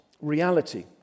reality